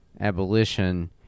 Abolition